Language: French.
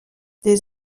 des